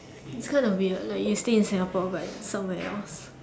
it's kind of weird like you stay in Singapore but somewhere else